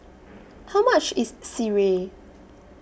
How much IS Sireh